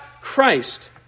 Christ